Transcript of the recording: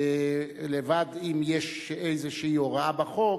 לבד אם יש איזושהי הוראה בחוק,